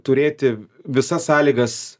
turėti visas sąlygas